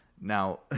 Now